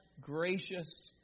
gracious